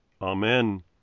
Amen